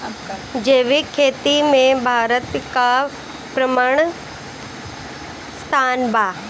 जैविक खेती में भारत का प्रथम स्थान बा